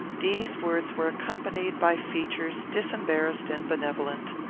these words were accompanied by features disembarrassed and benevolent.